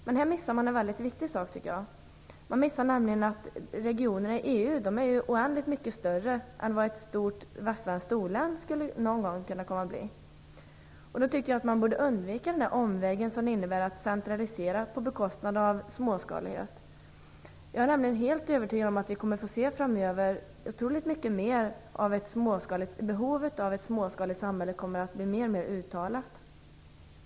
Men här missar man en väldigt viktig sak, nämligen att regionerna i EU är oändligt mycket större än ett västländskt storlän någonsin skulle kunna bli. Därför tycker jag att man borde undvika den omväg som det innebär att centralisera på bekostnad av småskaligheten. Jag är nämligen helt övertygad om att vi framöver kommer att se att behovet av ett småskaligt samhälle kommer att bli mer och mer uttalat.